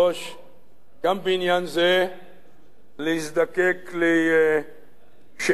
גם בעניין זה להזדקק לשאר-בשר שלי,